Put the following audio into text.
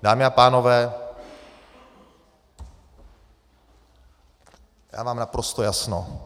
Dámy a pánové, já mám naprosto jasno.